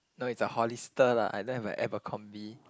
no it's a Hollister lah I don't have a Abercombie